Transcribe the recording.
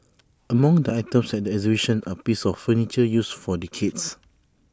among the items at the exhibition are pieces of furniture used for decades